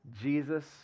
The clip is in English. Jesus